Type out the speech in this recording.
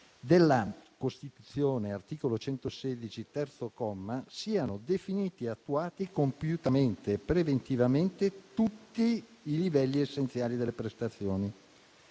della Costituzione, ad assicurare che siano definiti ed attuati compiutamente e preventivamente tutti i livelli essenziali delle prestazioni,